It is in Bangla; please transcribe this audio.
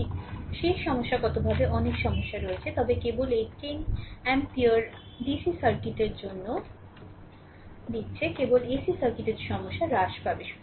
একটি শেষ সমস্যাগতভাবে অনেক সমস্যা রয়েছে তবে কেবল এই 10amp ডিসি সার্কিটের জন্য দিচ্ছে কেবল এসি সার্কিটের সমস্যা হ্রাস পাবে